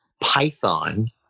Python